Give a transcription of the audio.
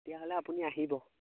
তেতিয়াহ'লে আপুনি আহিব